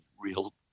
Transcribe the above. real